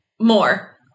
More